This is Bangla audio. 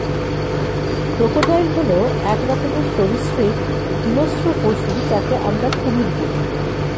ক্রোকোডাইল হল এক রকমের সরীসৃপ হিংস্র পশু যাকে আমরা কুমির বলি